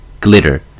glitter